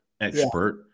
expert